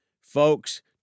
Folks